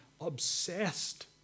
obsessed